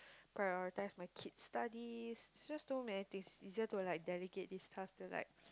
prioritize my kid's studies it's just too many things easier to like dedicate this class feel like